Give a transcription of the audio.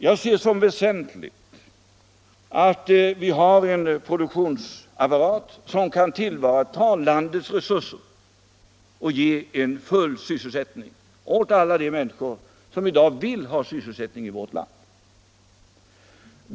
Jag ser som väsentligt att vi har en produktionsapparat som kan tillvarata landets resurser och ge full sysselsättning åt alla de människor som i dag vill ha sysselsättning i vårt land.